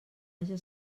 haja